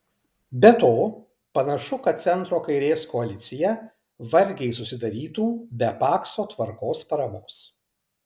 be to panašu kad centro kairės koalicija vargiai susidarytų be pakso tvarkos paramos